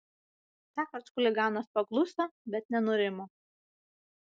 tąkart chuliganas pakluso bet nenurimo